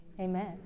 Amen